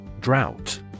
Drought